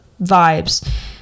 vibes